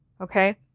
Okay